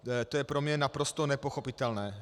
To je pro mě naprosto nepochopitelné.